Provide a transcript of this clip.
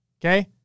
Okay